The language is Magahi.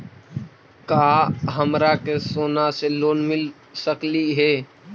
का हमरा के सोना से लोन मिल सकली हे?